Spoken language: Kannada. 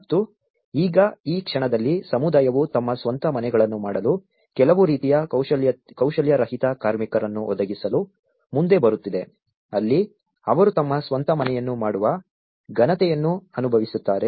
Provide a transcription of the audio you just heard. ಮತ್ತು ಈಗ ಈ ಕ್ಷಣದಲ್ಲಿ ಸಮುದಾಯವು ತಮ್ಮ ಸ್ವಂತ ಮನೆಗಳನ್ನು ಮಾಡಲು ಕೆಲವು ರೀತಿಯ ಕೌಶಲ್ಯರಹಿತ ಕಾರ್ಮಿಕರನ್ನು ಒದಗಿಸಲು ಮುಂದೆ ಬರುತ್ತಿದೆ ಅಲ್ಲಿ ಅವರು ತಮ್ಮ ಸ್ವಂತ ಮನೆಯನ್ನು ಮಾಡುವ ಘನತೆಯನ್ನು ಅನುಭವಿಸುತ್ತಾರೆ